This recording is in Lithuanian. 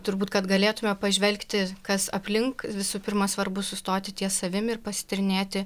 turbūt kad galėtumėme pažvelgti kas aplink visų pirma svarbu sustoti ties savim ir pasityrinėti